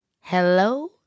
Hello